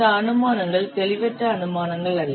இந்த அனுமானங்கள் தெளிவற்ற அனுமானங்கள் அல்ல